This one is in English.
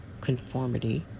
conformity